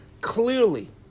Clearly